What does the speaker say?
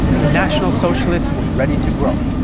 the national socialists were ready to grow.